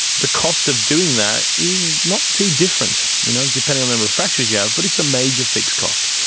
the cost of doing that is not too different you know depending on the number of factories you have, but it's a major fixed cost.